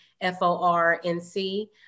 F-O-R-N-C